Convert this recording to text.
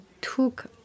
took